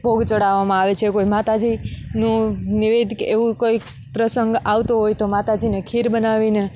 ભોગ ચડાવામાં આવે છે કોઈ માતાજી નું નિવેદ કે એવું કોઈ પ્રસંગ આવતો હોય તો માતાજીને ખીર બનાવીને